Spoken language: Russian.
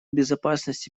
безопасности